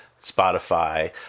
spotify